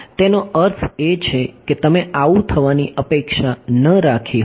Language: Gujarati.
તેનો અર્થ એ છે કે તમે આવું થવાની અપેક્ષા ન રાખી હોત